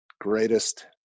greatest